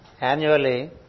annually